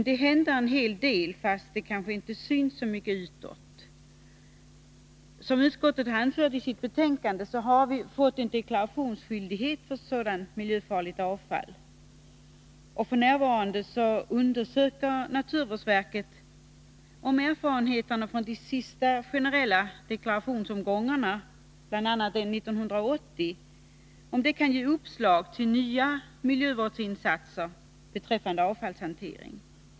Det händer också en hel del, fast det kanske inte syns så mycket utåt. Som framhölls i betänkandet har det införts deklarationsskyldighet beträffande miljöfarligt avfall. F. n. undersöker naturvårdsverket om erfarenheterna från de senaste generella deklarationsomgångarna, bl.a. 1980 års, kan ge uppslag till nya miljövårdsinsatser beträffande avfallshantering.